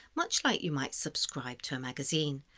much like you might subscribe to a magazine,